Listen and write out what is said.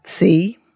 See